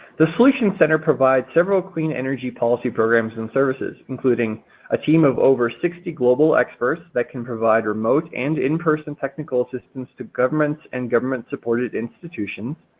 the solution center provides several clean energy policy programs and services including a team of over sixty global experts that can provide remote and in person technical assistance to governments and also government supported institutions.